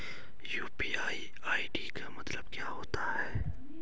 UPI ID का मतलब क्या होता है?